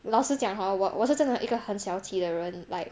老实讲 hor 我我是真的一个很小气的人 like